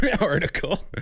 article